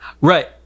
Right